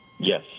Yes